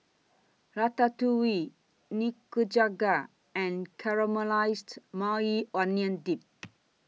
Ratatouille Nikujaga and Caramelized Maui Onion Dip